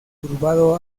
curvado